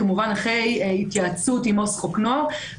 כמובן אחרי התייעצות עם עו"ס חוק נוער,